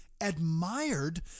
admired